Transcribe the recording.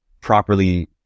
properly